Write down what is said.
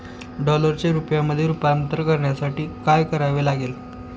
डॉलरचे रुपयामध्ये रूपांतर करण्यासाठी काय करावे लागेल?